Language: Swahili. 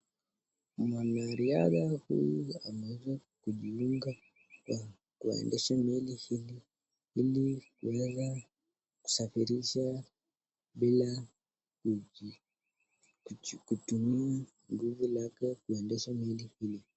Mwanariadha huyu ameweza kujiunga kwa kuendesha meli hili. Hili aweze kusafirisha bila kutumia nguvu lake kuendesha meli hili.